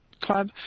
Club